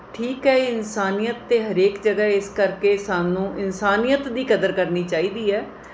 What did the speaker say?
ਠੀਕ ਹੈ ਇਹ ਇਨਸਾਨੀਅਤ ਤਾਂ ਹਰੇਕ ਜਗ੍ਹਾ ਇਸ ਕਰਕੇ ਸਾਨੂੰ ਇਨਸਾਨੀਅਤ ਦੀ ਕਦਰ ਕਰਨੀ ਚਾਹੀਦੀ ਹੈ